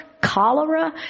cholera